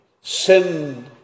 sin